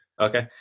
Okay